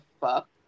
fuck